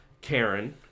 Karen